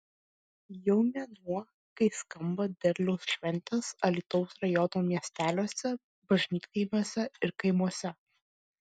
jau mėnuo kai skamba derliaus šventės alytaus rajono miesteliuose bažnytkaimiuose ir kaimuose